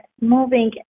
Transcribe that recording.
moving